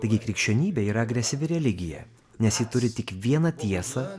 taigi krikščionybė yra agresyvi religija nes ji turi tik vieną tiesą